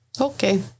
Okay